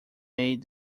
made